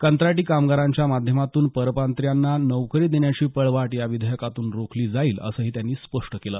कंत्राटी कामगारांच्या माध्यमातून परप्रांतीयांना नोकरी देण्याची पळवाट या विधेयकातू रोखली जाईल असंही त्यांनी स्पष्ट केली